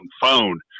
phone